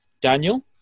Daniel